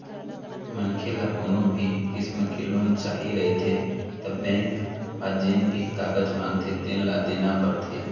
मनखे ल कोनो भी किसम के लोन चाही रहिथे त बेंक ह जेन भी कागज मांगथे तेन ल देना परथे